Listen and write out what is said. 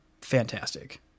fantastic